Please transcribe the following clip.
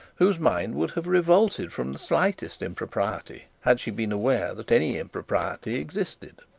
whose mind would have revolted from the slightest impropriety had she been aware that any impropriety existed.